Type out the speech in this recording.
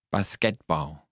Basketball